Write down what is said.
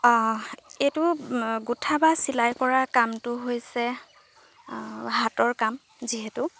এইটো গোঁঠা বা চিলাই কৰা কামটো হৈছে হাতৰ কাম যিহেতু